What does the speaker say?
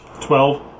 Twelve